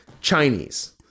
Chinese